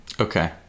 Okay